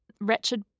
wretched